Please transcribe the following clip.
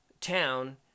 town